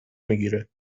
میگیره